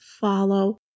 follow